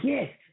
Yes